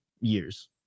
years